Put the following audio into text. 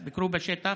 בשטח,